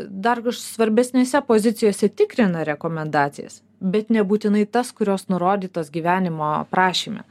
dar svarbesnėse pozicijose tikrina rekomendacijas bet nebūtinai tas kurios nurodytos gyvenimo aprašyme